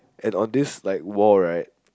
and on this like wall right